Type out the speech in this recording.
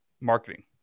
marketing